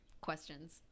Questions